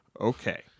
okay